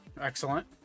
Excellent